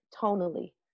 tonally